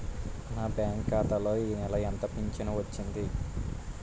నా బ్యాంక్ ఖాతా లో ఈ నెల ఎంత ఫించను వచ్చింది?